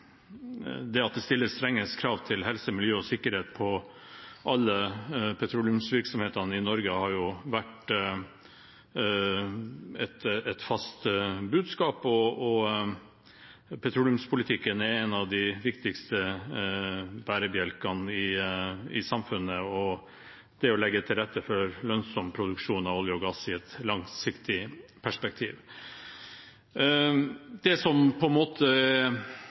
Det at det stilles strenge krav til helse, miljø og sikkerhet for all petroleumsvirksomhet i Norge, har vært et fast budskap. Petroleumspolitikken er en av de viktigste bærebjelkene i samfunnet, og det å legge til rette for lønnsom produksjon av olje og gass i et langsiktig perspektiv. I dette forslaget er det kjente posisjoner. Det nye som har skjedd, og som det er